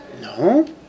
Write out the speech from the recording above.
No